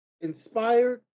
inspired